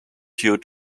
due